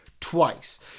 twice